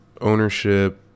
ownership